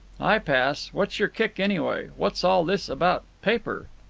i pass. what's your kick, anyway? what's all this about paper?